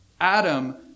Adam